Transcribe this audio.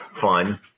fun